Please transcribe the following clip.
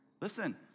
Listen